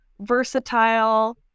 versatile